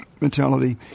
mentality